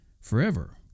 forever